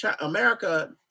America